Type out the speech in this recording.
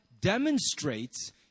demonstrates